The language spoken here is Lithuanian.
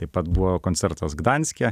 taip pat buvo koncertas gdanske